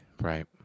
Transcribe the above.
Right